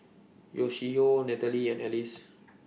Yoshio Nathalie and Alice